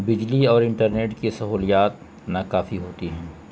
بجلی اور انٹرنیٹ کی سہولیات ناکافی ہوتی ہیں